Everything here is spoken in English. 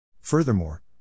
Furthermore